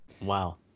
Wow